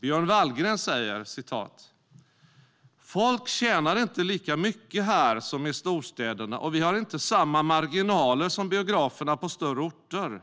Björn Wallgren säger: "Folk tjänar inte lika mycket här som i storstäderna och vi har inte samma marginaler som biograferna på större orter."